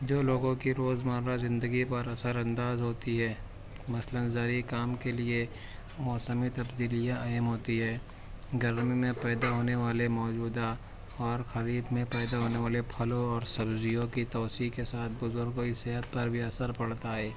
جو لوگوں کی روزمرّہ زندگی پر اثرانداز ہوتی ہے مثلاً زرعی کام کے لیے موسمی تبدیلیاں اہم ہوتی ہے گرمی میں پیدا ہونے والے موجودہ اور خرید میں پیدا ہونے والے پھلوں اور سبزیوں کی توسیع کے ساتھ بزرگوں کی صحت پر بھی اثر پڑتا ہے